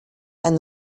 and